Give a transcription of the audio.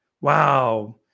wow